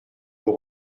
nos